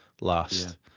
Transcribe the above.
last